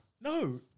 no